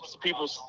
people